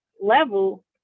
level